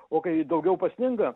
o kai daugiau pasninga